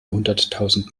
hunderttausend